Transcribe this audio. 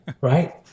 right